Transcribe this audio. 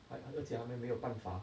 还要怎么样呢没有办法